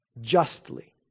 justly